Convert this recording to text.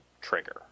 trigger